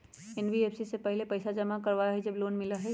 NBFC पहले पईसा जमा करवहई जब लोन मिलहई?